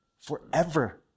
forever